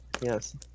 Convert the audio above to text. yes